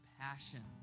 passion